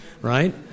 right